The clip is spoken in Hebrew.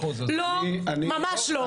לא, ממש לא.